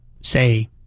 say